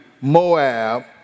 Moab